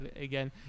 again